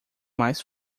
mais